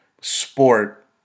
sport